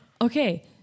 okay